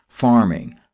farming